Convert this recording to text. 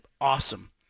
awesome